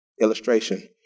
Illustration